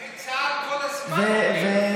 גלי צה"ל כל הזמן, אומרים.